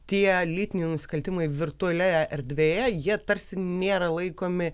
tie lytiniai nusikaltimai virtualioje erdvėje jie tarsi nėra laikomi